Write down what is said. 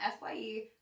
FYE